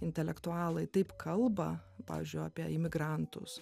intelektualai taip kalba pavyzdžiui apie imigrantus